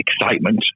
excitement